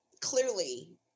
clearly